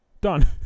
Done